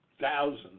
thousands